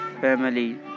family